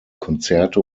konzerte